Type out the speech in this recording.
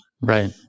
Right